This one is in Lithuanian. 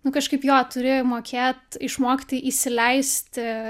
nu kažkaip jo turi mokėt išmokti įsileisti